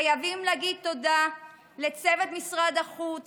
חייבים להגיד תודה לצוות משרד החוץ